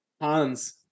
Hans